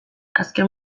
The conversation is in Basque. azken